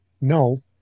No